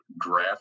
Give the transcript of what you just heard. draft